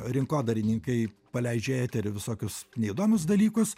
rinkodarininkai paleidžia į eterį visokius neįdomius dalykus